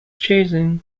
chosen